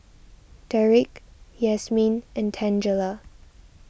Deric Yasmeen and Tangela